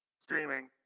streaming